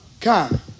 Come